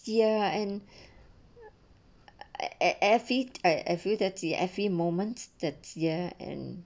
ya and I eh fit I I feel effie effie moments that year and